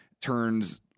turns